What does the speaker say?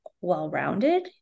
well-rounded